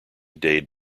dade